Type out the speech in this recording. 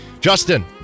Justin